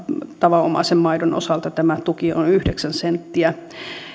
tavanomaisen maidon osalta tämä tuki on yhdeksän senttiä